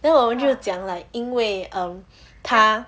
then 我们就讲 like 因为 um 他